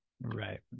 right